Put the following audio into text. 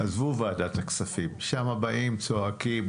עזבו את ועדת הכספים, לשם באים, צועקים,